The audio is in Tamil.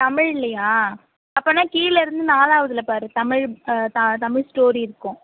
தமிழ்லையா அப்போனா கீழேருந்து நாலாவதில் பார் தமிழ் தமிழ் ஸ்டோரி இருக்கும்